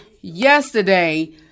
yesterday